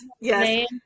Yes